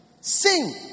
Sing